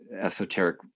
esoteric